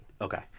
Okay